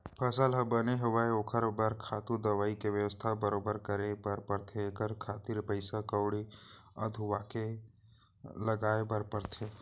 फसल ह बने होवय ओखर बर धातु, दवई के बेवस्था बरोबर करे बर परथे एखर खातिर पइसा कउड़ी अघुवाके लगाय बर परथे